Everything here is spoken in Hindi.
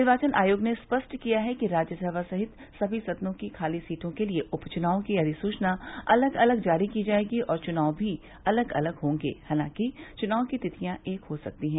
निर्वाचन आयोग ने स्पष्ट किया है कि राज्यसभा सहित समी सदनों की खाली सीटों के लिए उप चुनाव की अधिसूचना अलग अलग जारी की जाएगी और चुनाव भी अलग अलग होंगे हालांकि चुनाव की तिथियां एक हो सकती हैं